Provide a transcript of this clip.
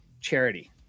charity